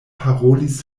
parolis